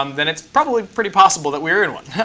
um then it's probably pretty possible that we're in one,